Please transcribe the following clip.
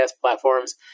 platforms